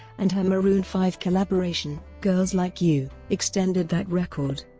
and her maroon five collaboration girls like you extended that record.